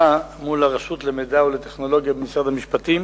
מול הרשות למידע ולטכנולוגיה במשרד המשפטים